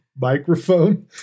microphone